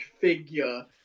figure